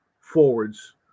forwards